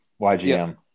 YGM